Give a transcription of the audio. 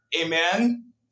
Amen